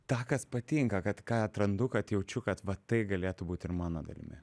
tą kas patinka kad ką atrandu kad jaučiu kad va tai galėtų būt ir mano dalimi